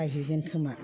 बायहैगोन खोमा